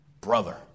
brother